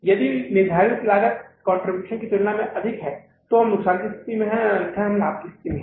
यदि निर्धारित लागत कंट्रीब्यूशन की तुलना में अधिक है तो हम नुकसान की स्थिति में हैं अन्यथा हम लाभ की स्थिति में हैं